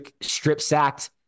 strip-sacked